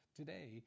Today